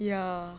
ya